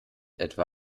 etwa